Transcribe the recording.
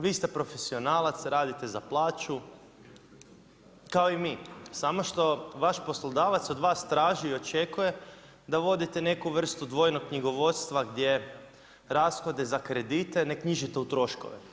Vi ste profesionalac radite za plaću kao i mi, samo što vaš poslodavac od vas traži i očekuje da vodite neku vrstu dvojnog knjigovodstva gdje rashode za kredite ne knjižite u troškove.